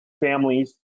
families